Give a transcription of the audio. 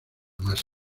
más